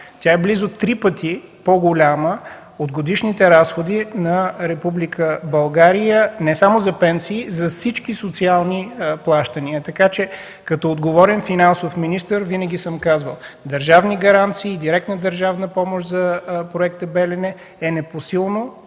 Тя е близо три пъти по-голяма от годишните разходи на Република България не само за пенсии, но за всички социални плащания. Като отговорен финансов министър, винаги към казвал: държавни гаранции, директна държавна помощ за Проекта „Белене” е непосилна.